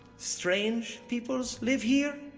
strange peoples live here,